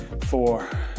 four